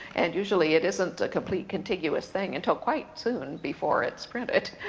and usually it isn't a complete contiguous thing until quite soon before it's printed.